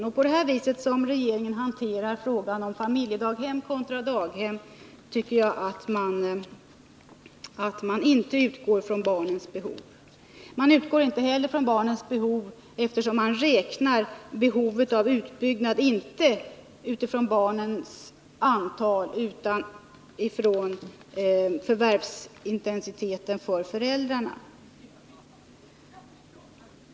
Regeringen utgår, tycker jag, vid sin hantering av frågan om familjedaghem kontra daghem inte från barnens behov, eftersom man inte räknar behovet av utbyggnad utifrån barnens antal, utan från förvärvsintensiteten hos föräldrarna.